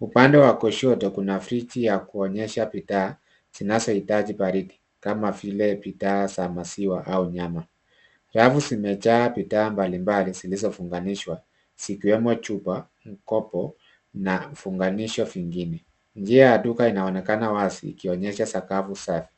Upande wa kushoto kuna friji ya kuonyesha bidhaa zinazohitaji baridi kama vile bidhaa za maziwa au nyama. Rafu zimejaa bidhaa mbalimbali zilizofunganishwa zikiwemo chupa, mkopo na vifunganiso vingine. Njia ya duka inaonekana wazi ikionyesha sakafu safi.